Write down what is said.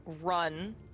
run